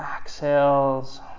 exhales